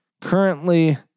Currently